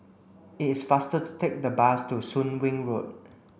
it is faster to take the bus to Soon Wing Road